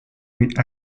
with